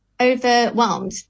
overwhelmed